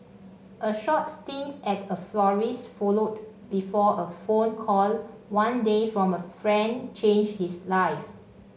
a short stint at a florist's followed before a phone call one day from a friend changed his life